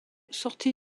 sorti